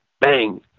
bang